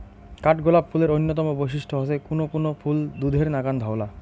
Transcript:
কাঠগোলাপ ফুলের অইন্যতম বৈশিষ্ট্য হসে কুনো কুনো ফুল দুধের নাকান ধওলা